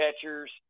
catchers